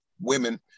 women